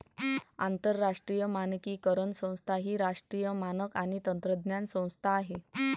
आंतरराष्ट्रीय मानकीकरण संस्था ही राष्ट्रीय मानक आणि तंत्रज्ञान संस्था आहे